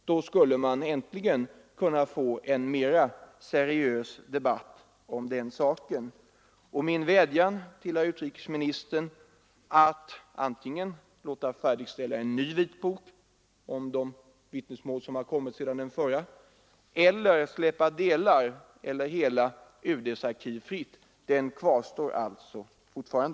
Då skulle man äntligen kunna få en mer seriös debatt om den saken. Min vädjan till herr utrikesministern att han skall låta färdigställa en ny vitbok om de vittnesmål som gjorts sedan den förra publicerades och släppa delar eller hela UD:s arkiv fritt kvarstår alltså fortfarande.